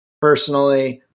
Personally